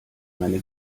meine